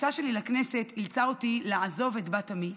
הכניסה שלי לכנסת אילצה אותי לעזוב את בת עמי,